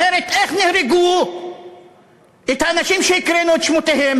אחרת איך נהרגו האנשים שהקראנו את שמותיהם,